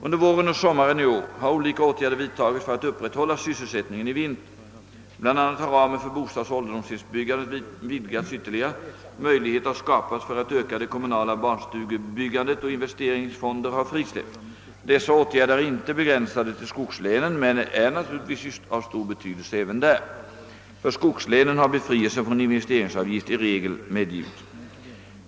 Under våren och sommaren i år har olika åtgärder vidtagits för att upprätthålla sysselsättningen i vinter. Bl. a. har ramen för bostadsoch ålderdomshemsbyggandet vidgats ytterligare, möjligheter har skapats för att öka det kommunala barnstugebyggandet och investeringsfonder har frisläppts. Dessa åtgärder är inte begränsade till skogslänen men är naturligtvis av stor betydelse även där. För skogslänen har befrielse från investeringsavgift i regel medgivits.